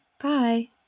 Bye